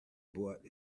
bought